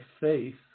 faith